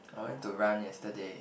I went to run yesterday